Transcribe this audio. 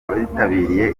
abitabiriye